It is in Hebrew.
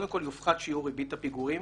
קודם כל יופחת שיעור ריבית הפיגורים